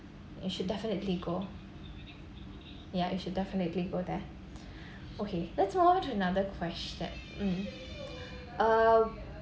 you should definitely go ya you should definitely go there okay let's move on to another question mm uh